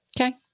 okay